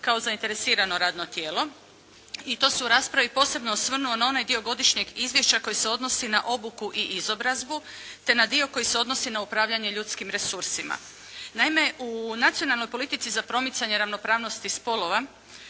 kao zainteresirano radno tijelo i to se u raspravi posebno osvrnuo na onaj dio godišnjeg izvješća koji se odnosi na obuku i izobrazbu, te na dio koji se odnosi na upravljanje ljudskim resursima. Naime, u Nacionalnoj politici za promicanje ravnopravnosti spolova